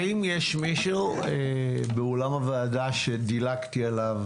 האם יש מישהו באולם הוועדה שדילגתי עליו,